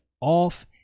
off